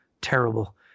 Terrible